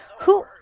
Who-